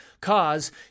cause